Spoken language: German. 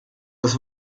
das